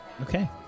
Okay